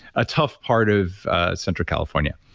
a tough part of central california.